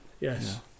Yes